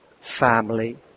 family